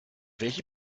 welche